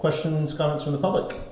questions comes from the public